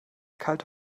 kalte